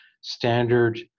standard